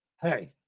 Hey